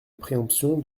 préemption